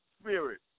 spirit